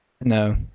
No